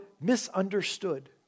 misunderstood